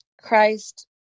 Christ